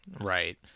Right